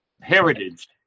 heritage